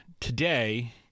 today